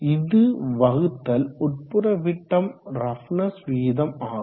இது வகுத்தல் உட்புற விட்டம் ரஃ ப்னஸ் விகிதம் ஆகும்